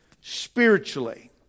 spiritually